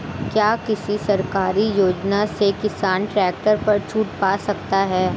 क्या किसी सरकारी योजना से किसान ट्रैक्टर पर छूट पा सकता है?